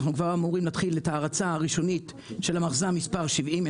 אנחנו כבר אמורים להתחיל את ההרצה הראשונית של מחז"מ מס' 70,